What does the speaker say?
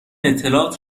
اطلاعات